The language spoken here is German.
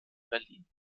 berlin